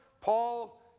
Paul